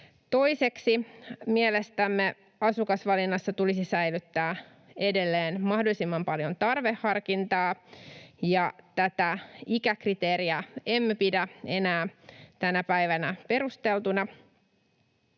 Toiseksi mielestämme asukasvalinnassa tulisi säilyttää edelleen mahdollisimman paljon tarveharkintaa, ja tätä ikäkriteeriä emme pidä enää tänä päivänä perusteltuna.